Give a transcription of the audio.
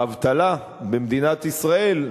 האבטלה במדינת ישראל,